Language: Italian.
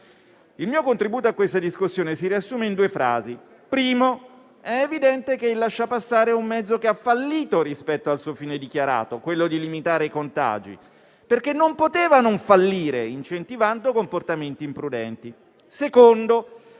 Il mio contributo a questa discussione si riassume in due frasi. La prima: è evidente che il lasciapassare è un mezzo che ha fallito rispetto al suo fine dichiarato, quello di limitare i contagi, perché non poteva non fallire, incentivando comportamenti imprudenti. La seconda: